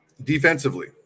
Defensively